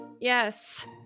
Yes